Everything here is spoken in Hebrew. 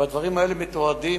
והדברים האלה מתועדים.